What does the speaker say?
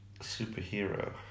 superhero